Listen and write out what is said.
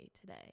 today